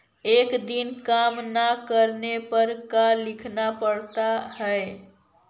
एक दिन काम न करने पर का लिखना पड़ता है?